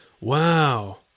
Wow